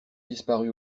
disparu